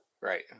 right